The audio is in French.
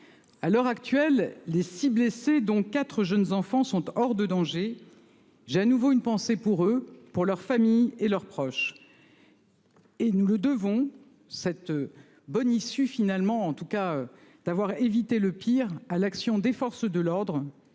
À l'heure actuelle, les 6 blessés dont 4 jeunes enfants sont hors de danger. J'ai à nouveau une pensée pour eux, pour leurs familles et leurs proches. Et nous le devons cette bonne issue finalement en tout cas d'avoir évité le pire à l'action des forces de l'ordre